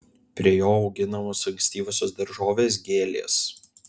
prie jo auginamos ankstyvosios daržovės gėlės